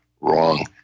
wrong